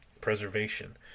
preservation